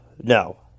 no